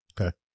Okay